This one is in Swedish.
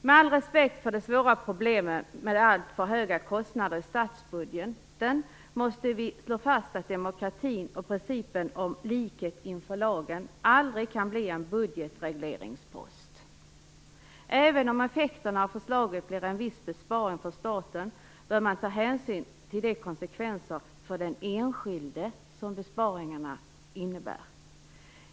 Med all respekt för det svåra problemet med alltför höga kostnader i statsbudgeten måste vi slå fast att demokratin och principen om likhet inför lagen aldrig kan bli en budgetregleringspost! Även om effekten av förslaget blir en viss besparing för staten bör man ta hänsyn till de konsekvenser för den enskilde som besparingarna innebär.